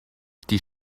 die